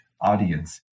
audience